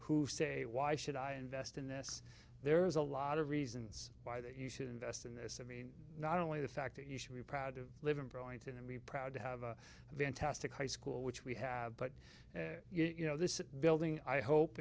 who say why should i invest in this there's a lot of reasons why that you should invest in this i mean not only the fact that you should be proud to live in burlington and be proud to have a fantastic high school which we have but you know this building i hope